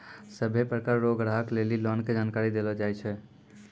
सभ्भे प्रकार रो ग्राहक लेली लोन के जानकारी देलो जाय छै